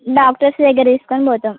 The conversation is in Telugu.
డాక్టర్స్ దగ్గరకు తీసుకొని పోతాము